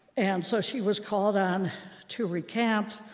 and so she was called on to recant.